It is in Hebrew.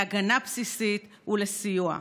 להגנה בסיסית ולסיוע.